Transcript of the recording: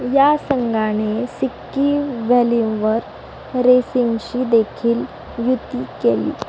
या संघाने सिक्की व्हॅल्यूमवर रेसिंगशी देखील युती केली